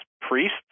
priests